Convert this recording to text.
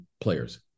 players